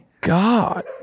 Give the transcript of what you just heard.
god